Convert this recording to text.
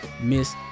miss